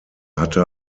hatte